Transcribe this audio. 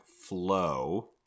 Flow